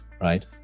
right